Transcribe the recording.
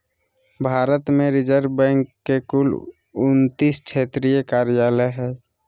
भारत में reserve bank के कुल उन्तीस क्षेत्रीय कार्यालय हइ